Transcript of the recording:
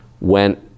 went